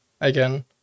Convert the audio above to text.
again